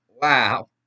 wow